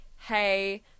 hey